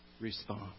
response